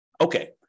Okay